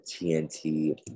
TNT